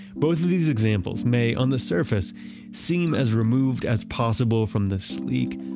both of these examples may on the surface seem as removed as possible from the sleek,